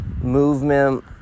movement